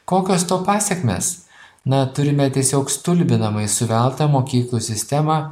kokios to pasekmės na turime tiesiog stulbinamai suveltą mokyklų sistemą